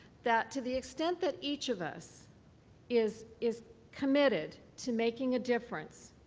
that to the extent that each of us is is committed to making a difference,